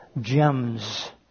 gems